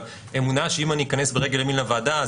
אבל אמונה שאם אני אכנס ברגל ימין לוועדה,